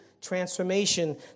transformation